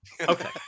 Okay